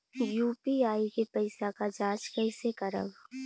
UPI के पैसा क जांच कइसे करब?